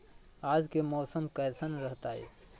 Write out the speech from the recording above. आज के मौसम कैसन रहताई?